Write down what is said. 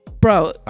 Bro